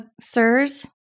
sirs